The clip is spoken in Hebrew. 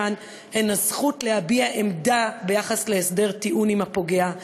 הן הזכות להביע עמדה ביחס להסדר טיעון עם הפוגע,